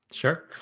Sure